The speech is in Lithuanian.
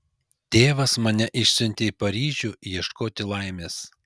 tėvas mane išsiuntė į paryžių ieškoti laimės